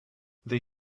they